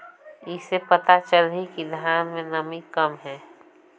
कइसे पता चलही कि धान मे नमी कम हे?